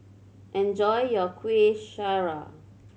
enjoy your Kuih Syara